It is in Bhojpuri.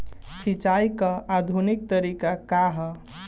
सिंचाई क आधुनिक तरीका का ह?